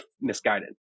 misguided